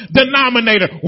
denominator